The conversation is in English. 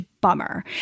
bummer